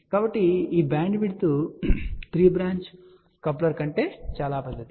కాబట్టి ఈ bandwidth 3 branch coupler కంటే చాలా పెద్దది